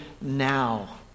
now